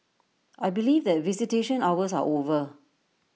I believe that visitation hours are over